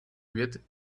huit